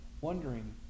wondering